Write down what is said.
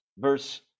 Verse